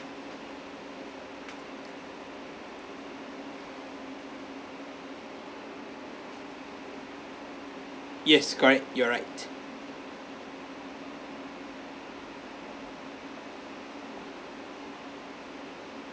yes correct you're right